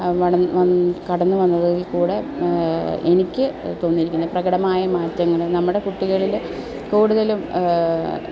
കടന്ന് വന്നതിൽ കൂടെ എനിക്ക് തോന്നിയിരിക്കുന്ന പ്രകടമായ മാറ്റങ്ങൾ നമ്മുടെ കുട്ടികളിൽ കൂടുതലും